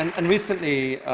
and and recently,